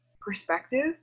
perspective